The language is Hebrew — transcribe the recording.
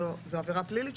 זו עבירה פלילית.